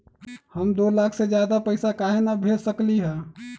हम दो लाख से ज्यादा पैसा काहे न भेज सकली ह?